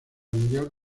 mundial